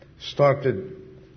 started